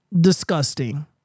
Disgusting